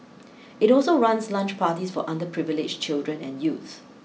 it also runs lunch parties for underprivileged children and youth